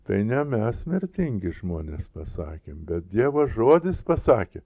tai ne mes mirtingi žmonės pasakėm bet dievo žodis pasakė